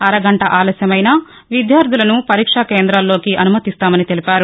అరగంట ఆలస్యమైనా విద్యార్దులను పరీక్షా కేంద్రంలోకి అనుమతిస్తామని తెలిపారు